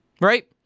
Right